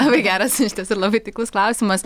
labai geras iš tiesų ir labai taiklus klausimas